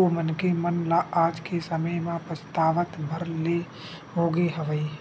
ओ मनखे मन ल आज के समे म पछतावत भर ले होगे हवय